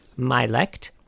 Mylect